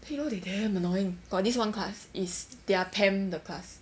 then you know they damn annoying got this one class is their temp the class